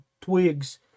twigs